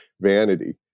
vanity